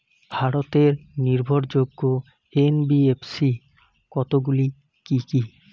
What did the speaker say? ভারতের নির্ভরযোগ্য এন.বি.এফ.সি কতগুলি কি কি?